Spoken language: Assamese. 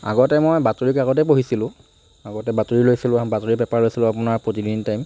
আগতে মই বাতৰিকাকতে পঢ়িছিলোঁ আগতে বাতৰি লৈছিলোঁ বাতৰি পেপাৰ লৈছিলোঁ আপোনাৰ প্ৰতিদিন টাইম